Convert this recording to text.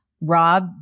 Rob